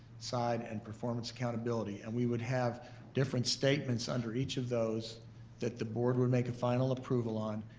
side and performance accountability. and we would have different statements under each of those that the board would make a final approval on,